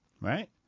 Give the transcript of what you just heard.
right